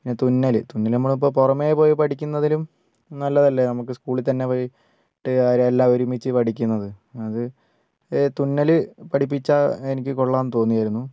പിന്നെ തുന്നൽ തുന്നൽ നമ്മളിപ്പോൾ പുറമേ പോയി പഠിക്കുന്നതിലും നല്ലതല്ലേ നമുക്ക് സ്കൂളിൽതന്നെ പോയിട്ട് അവരെല്ലാം ഒരുമിച്ച് പഠിക്കുന്നത് അത് തുന്നൽ പഠിപ്പിച്ചാൽ എനിക്ക് കൊള്ളാം എന്നു തോന്നിയിരുന്നു